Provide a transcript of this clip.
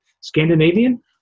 Scandinavian